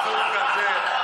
מי אתה שתקרא לי מטומטם?